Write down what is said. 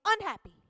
unhappy